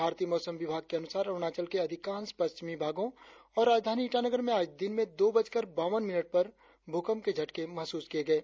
भारतीय मौसम विभाग के अनुसार अरुणाचल के अधिकांश पश्चिमी भागों और राजधानी ईटानगर में आज दिन में दो बजकर बावन मिनट पर भूकंप के झटके महसूस किये गये